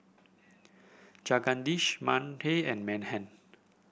Jagadish Mahade and Mahan